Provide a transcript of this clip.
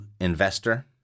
investor